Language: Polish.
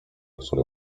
który